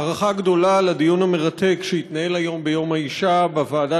הערכה גדולה לדיון המרתק שהתנהל היום ביום האישה בוועדה